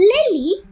Lily